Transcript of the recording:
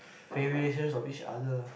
variations of each other